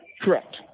Correct